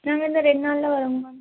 நாங்கள் இன்னும் ரெண்டு நாளில் வரோங்க மேம்